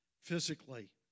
physically